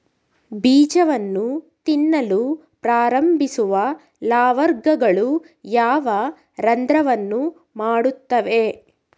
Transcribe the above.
ಬೀಜವನ್ನು ತಿನ್ನಲು ಪ್ರಾರಂಭಿಸುವ ಲಾರ್ವಾಗಳು ಯಾವ ರಂಧ್ರವನ್ನು ಮಾಡುತ್ತವೆ?